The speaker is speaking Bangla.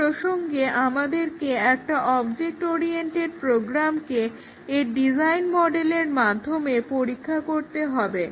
এই প্রসঙ্গে আমাদেরকে একটা অবজেক্ট ওরিয়েন্টেড প্রোগ্রামকে এর ডিজাইন মডেলের মাধ্যমে পরীক্ষা করতে হবে